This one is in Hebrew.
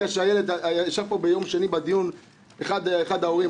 ישב פה ביום שני בדיון אחד ההורים,